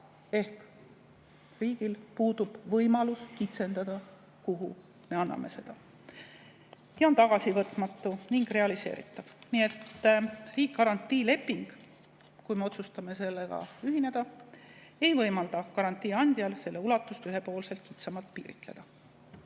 ehk riigil puudub võimalus kitsendada, [mille kohta] me seda anname. See on tagasivõtmatu ning realiseeritav. Nii et garantiileping, kui me otsustame sellega ühineda, ei võimalda garantii andjal selle ulatust ühepoolselt kitsamalt piiritleda.